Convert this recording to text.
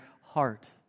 heart